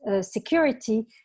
security